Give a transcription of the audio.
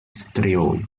strioj